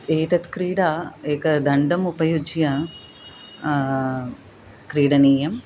एषा क्रीडा एकं दण्डम् उपयुज्य क्रीडनीया